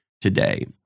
today